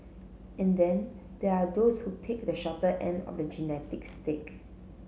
and then there are those who picked the shorter end of the genetic stick